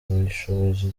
ubushobozi